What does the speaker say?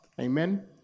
Amen